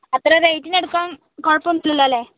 അത്രയും റേറ്റിന് എടുക്കാൻ കുഴപ്പമൊന്നും ഇല്ലല്ലൊ